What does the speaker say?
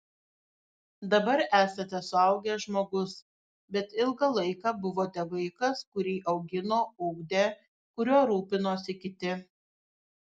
dabar esate suaugęs žmogus bet ilgą laiką buvote vaikas kurį augino ugdė kuriuo rūpinosi kiti